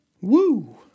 Woo